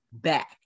back